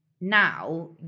now